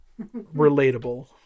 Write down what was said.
relatable